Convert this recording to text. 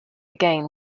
again